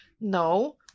no